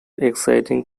exciting